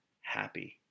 happy